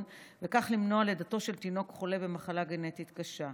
וכך למנוע לידתו של תינוק חולה במחלה גנטית קשה.